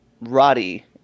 Roddy